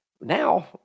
Now